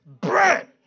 Bread